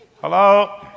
Hello